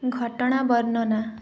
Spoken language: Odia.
ଘଟଣା ବର୍ଣ୍ଣନା